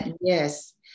yes